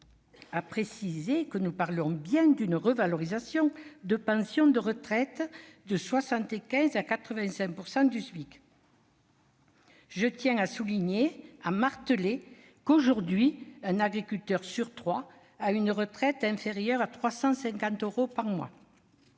à préciser que nous parlons bien d'une revalorisation de pensions de retraite de 75 % à 85 % du SMIC. Il me faut souligner, et même marteler, que, aujourd'hui, un agriculteur sur trois à une retraite inférieure à 350 euros par mois.